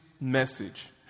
message